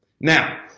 Now